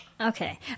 okay